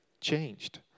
changed